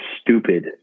stupid